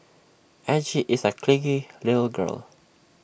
Angie is A clingy little girl